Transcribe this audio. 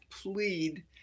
plead